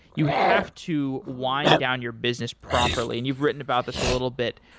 you have to wind down your business properly, and you've written about this a little bit.